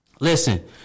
Listen